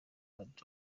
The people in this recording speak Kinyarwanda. bad